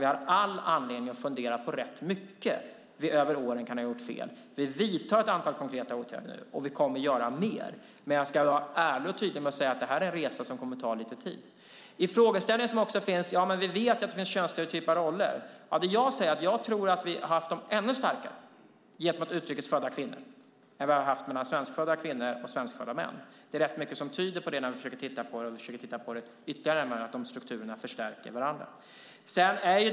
Vi har all anledning att fundera på vad vi har gjort fel under åren. Vi vidtar ett antal konkreta åtgärder, och vi kommer att göra mer. Men jag ska vara ärlig och tydlig och säga att det här är en resa som kommer att ta lite tid. En frågeställning som också finns är att vi vet att det finns könsstereotypa roller. Jag tror att de har varit ännu starkare gentemot utrikesfödda kvinnor än vad de har varit mellan svenskfödda kvinnor och svenskfödda män. Vi har sett att det finns rätt mycket som tyder på det när vi har tittat på det. De strukturerna förstärker varandra.